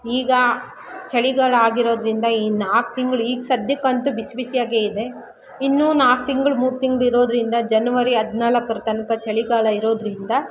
ಈಗ ಚಳಿಗಾಲ ಆಗಿರೋದ್ರಿಂದ ಈ ನಾಲ್ಕು ತಿಂಗಳು ಈಗ ಸದ್ಯಕ್ಕಂತೂ ಬಿಸಿ ಬಿಸಿಯಾಗೇ ಇದೆ ಇನ್ನೂ ನಾಲ್ಕು ತಿಂಗಳು ಮೂರು ತಿಂಗಳು ಇರೋದ್ರಿಂದ ಜನ್ವರಿ ಹದಿನಾಲ್ಕರ ತನಕ ಚಳಿಗಾಲ ಇರೋದ್ರಿಂದ